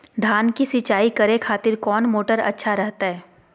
धान की सिंचाई करे खातिर कौन मोटर अच्छा रहतय?